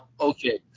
okay